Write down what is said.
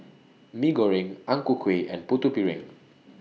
Mee Goreng Ang Ku Kueh and Putu Piring